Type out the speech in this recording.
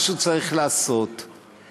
מה שהוא צריך לעשות זה